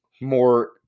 more